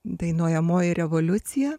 dainuojamoji revoliucija